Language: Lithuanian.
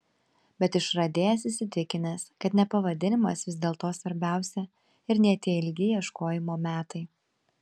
bet išradėjas įsitikinęs kad ne pavadinimas vis dėlto svarbiausia ir ne tie ilgi ieškojimo metai